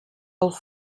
auf